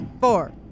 Four